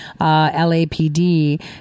LAPD